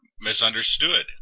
misunderstood